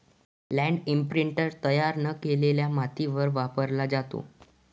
land imprinter तयार न केलेल्या मातीवर वापरला जातो